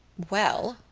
well,